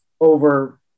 over